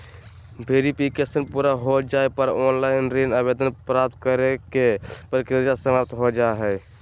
verification पूरा हो जाय पर ऑनलाइन ऋण आवेदन प्राप्त करे के प्रक्रिया समाप्त हो जा हय